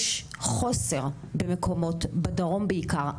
יש חוסר במקומות בדרום בעיקר,